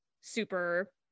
super